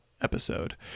episode